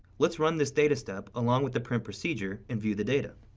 let's run this data step, along with the print procedure, and view the data.